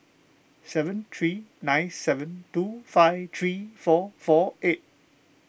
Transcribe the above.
seven three nine seven two five three four four eight